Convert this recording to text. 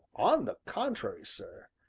on the contrary, sir,